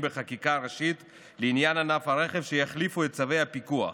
בחקיקה ראשית לעניין ענף הרכב שיחליפו את צווי הפיקוח.